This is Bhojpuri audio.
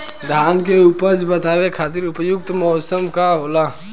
धान के उपज बढ़ावे खातिर उपयुक्त मौसम का होला?